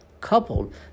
coupled